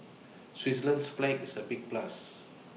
Switzerland's flag is A big plus